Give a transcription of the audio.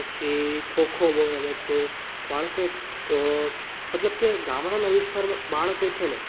પછી ખોખો બહુ રમે છે બાળકો મતલબ કે ગામડાના વિસ્તારમાં બાળકો છે ને